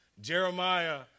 Jeremiah